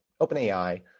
OpenAI